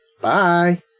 Bye